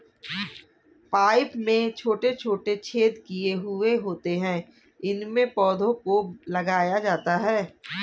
pipe में छोटे छोटे छेद किए हुए होते हैं उनमें पौधों को लगाया जाता है